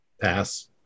Pass